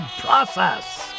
process